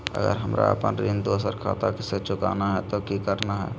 अगर हमरा अपन ऋण दोसर खाता से चुकाना है तो कि करना है?